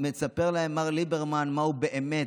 מספר להם מר ליברמן מה הוא באמת,